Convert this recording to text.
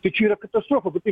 tai čia yra tiesiog apie tai